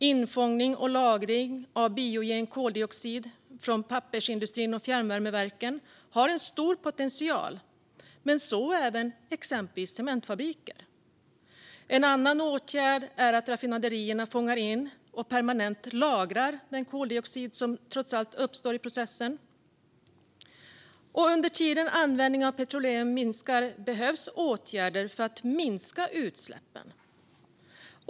Infångning och lagring av biogen koldioxid från pappersindustrin och fjärrvärmeverken har stor potential, och detta gäller även exempelvis cementfabriker. En annan åtgärd är att raffinaderierna fångar in och permanent lagrar den koldioxid som trots allt uppstår i processen. Under tiden som användningen av petroleum minskar behövs åtgärder för att minska utsläppen.